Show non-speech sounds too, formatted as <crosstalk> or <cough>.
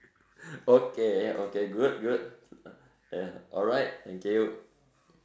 <laughs> okay okay good good uh alright thank you